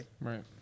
Right